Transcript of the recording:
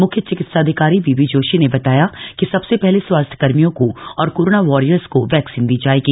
मुख्य चिकित्साधिकारी बीबी जोशी ने बताया कि सबसे पहले स्वास्थ्यकर्मियों को और कोरोना वारियर्स को वैक्सीन दी जाएगी